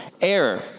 error